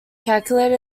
calculated